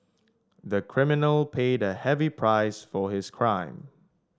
the criminal paid a heavy price for his crime